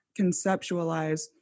conceptualize